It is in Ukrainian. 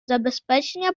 забезпечення